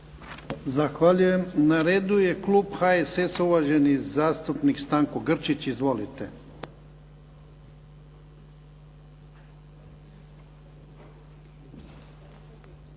Zahvaljujem. Na redu je klub HSS-a uvaženi zastupnik Stanko Grčić. Izvolite.